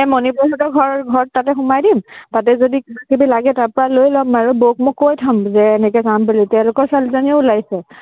এ মণি বৌহঁতৰ ঘৰ ঘৰ তাতে সোমাই দিম তাতে যদি কিবা কিবি লাগে তাৰপৰা লৈ ল'ম আৰু বৌক মই কৈ থ'ম যে এনেকৈ যাম বুলি তেওঁলোকৰ ছোৱালীজনীও ওলাইছে